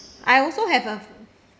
I also have a